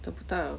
找不到